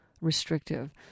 restrictive